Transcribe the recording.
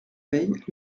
veille